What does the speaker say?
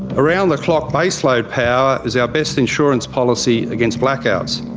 around-the-clock baseload power is our best insurance policy against blackouts.